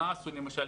אתמול למשל